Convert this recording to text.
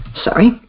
Sorry